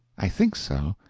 i think so.